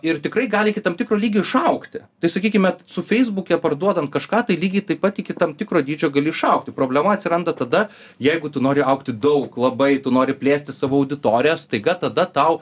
ir tikrai gali iki tam tikro lygio išaugti tai sakykime su feisbuke parduodan kažką tai lygiai taip pat iki tam tikro dydžio gali išaugti problema atsiranda tada jeigu tu nori augti daug labai tu nori plėsti savo auditoriją staiga tada tau